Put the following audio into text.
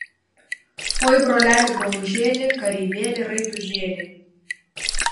oi broleli brolužėli kareivėli raitužėli